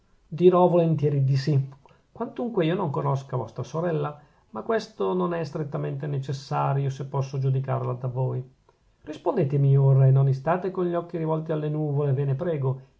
dirò volentieri di sì quantunque io non conosca vostra sorella ma questo non è strettamente necessario se posso giudicarla da voi rispondetemi ora e non istate con gli occhi rivolti alle nuvole ve ne prego